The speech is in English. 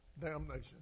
damnation